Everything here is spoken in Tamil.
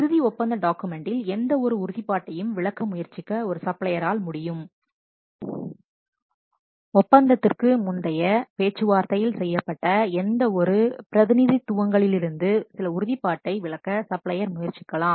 இறுதி ஒப்பந்த டாக்குமெண்ட்டில் எந்தவொரு உறுதிப்பாட்டையும் விலக்க முயற்சிக்க ஒரு சப்ளையரால் முடியும் ஒப்பந்தத்திற்கு முந்தைய பேச்சுவார்த்தையில் செய்யப்பட்ட எந்தவொரு பிரதிநிதித்துவங்களிலிருந்து சில உறுதிப்பாட்டை விலக்க சப்ளையர் முயற்சிக்கலாம்